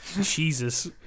Jesus